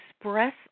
express